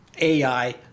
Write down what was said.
ai